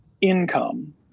income